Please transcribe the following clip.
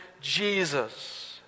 Jesus